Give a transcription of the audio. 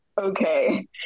okay